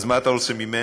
אז מה אתה רוצה ממני?